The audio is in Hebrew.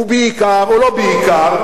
ובעיקר, או לא בעיקר,